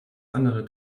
andere